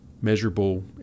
measurable